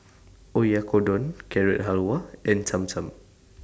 Oyakodon Carrot Halwa and Cham Cham